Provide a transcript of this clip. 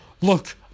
Look